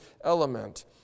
element